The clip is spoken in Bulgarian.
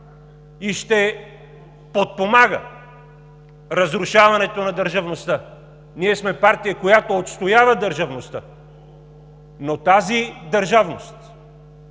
и ще подпомага разрушаването на държавността! Ние сме партия, която отстоява държавността, но тази държавност